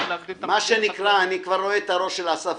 להגדיל --- אני כבר רואה את הראש של אסף,